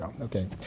okay